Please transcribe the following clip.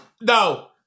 no